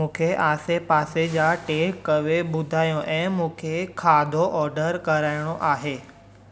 मूंखे आसे पासे जा टेक अवे ॿुधायो ऐं मूंखे खाधो ऑडर कराइणो आहे